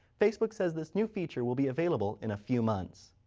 facebook says this new feature will be available in a few months.